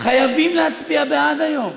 חייבים להצביע בעד היום.